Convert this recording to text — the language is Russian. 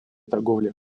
торговли